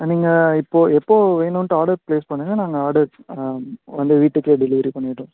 ஆ நீங்கள் இப்போது எப்போது வேணும்ன்ட்டு ஆர்டர் ப்ளேஸ் பண்ணுங்கள் நாங்கள் ஆர்டர் வந்து வீட்டுக்கே டெலிவரி பண்ணிடுறோம்